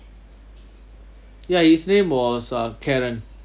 ya his name was uh karen